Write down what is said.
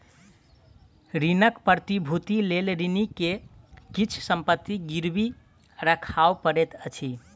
ऋणक प्रतिभूतिक लेल ऋणी के किछ संपत्ति गिरवी राखअ पड़ैत अछि